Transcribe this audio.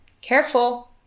Careful